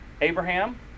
Abraham